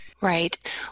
Right